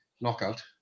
knockout